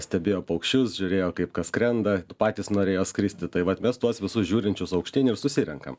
stebėjo paukščius žiūrėjo kaip kas skrenda patys norėjo skristi tai vat mes tuos visus žiūrinčius aukštyn ir susirenkam